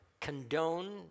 condone